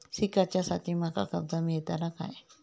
शिकाच्याखाती माका कर्ज मेलतळा काय?